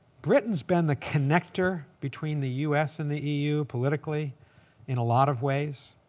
britain's been the connector between the us and the eu politically in a lot of ways,